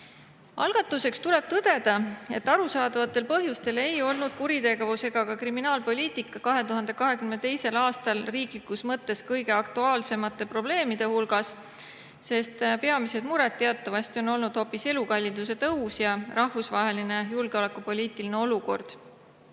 Algatuseks tuleb tõdeda, et arusaadavatel põhjustel ei olnud kuritegevus ja kriminaalpoliitika 2022. aastal riikliku [tegevuse] mõttes kõige aktuaalsemate probleemide hulgas, sest peamised mured teatavasti on olnud hoopis elukalliduse tõus ja rahvusvaheline julgeolekupoliitiline olukord.